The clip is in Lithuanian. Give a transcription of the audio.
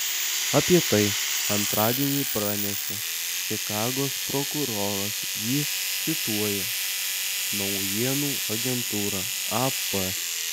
apie tai antradienį pranešė čikagos prokuroras jį cituoja naujienų agentūra ap